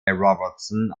robertson